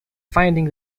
finding